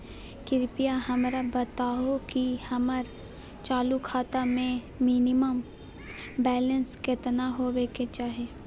कृपया हमरा बताहो कि हमर चालू खाता मे मिनिमम बैलेंस केतना होबे के चाही